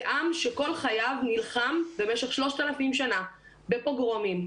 זה עם שכל חייו נלחם במשך 3,000 שנה בפוגרומים,